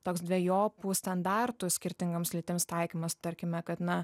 toks dvejopų standartų skirtingoms lytims taikymas tarkime kad na